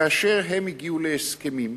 כאשר הן הגיעו להסכמים,